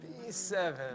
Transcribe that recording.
B7